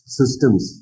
systems